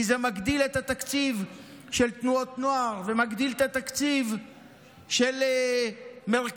כי זה מגדיל את התקציב של תנועות נוער ומגדיל את התקציב של מרכז